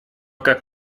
как